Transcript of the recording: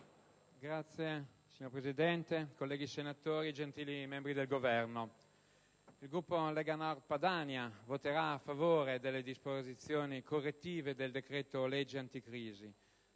Signor Presidente, colleghi senatori, gentili membri del Governo, il Gruppo Lega Nord-Padania voterà a favore delle disposizioni correttive del decreto-legge anticrisi.